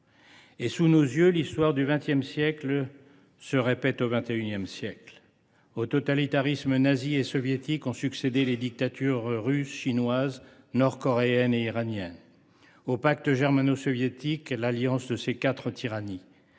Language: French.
Sous nos yeux l’histoire du XX siècle se répète au XXI siècle. Aux totalitarismes nazi et soviétique ont succédé les dictatures russe, chinoise, nord coréenne et iranienne, et au pacte germano soviétique l’alliance de ces quatre tyrannies.